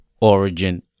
Origin